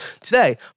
Today